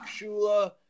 Shula